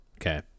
Okay